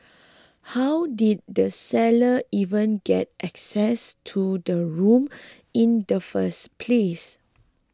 how did the sellers even get access to the room in the first place